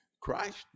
Christ